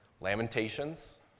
Lamentations